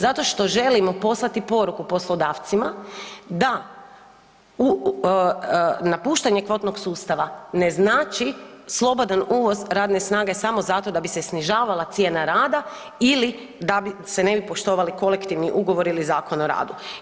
Zato što želimo poslati poruku poslodavcima da napuštanje kvotnog sustava ne znači slobodan uvoz radne snage samo zato da bi se snižavala cijena rada ili da se ne bi poštovali kolektivni ugovor ili Zakon o radu.